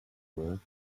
worth